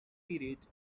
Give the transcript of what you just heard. period